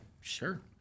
sure